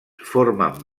formen